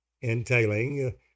entailing